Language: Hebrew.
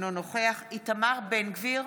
אינו נוכח איתמר בן גביר,